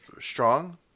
strong